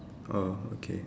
orh okay